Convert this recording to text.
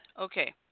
Okay